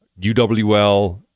UWL